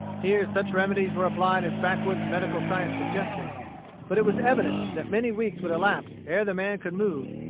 here such remedies were applied as backwoods medical science suggested but it was evident that many weeks would elapse ere the man could move,